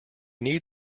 need